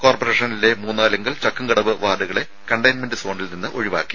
കോർപ്പറേഷനിലെ മൂന്നാലിങ്കൽ ചക്കുംകടവ് വാർഡുകളെ കണ്ടെയ്മെന്റ്സോണിൽ നിന്നും ഒഴിവാക്കി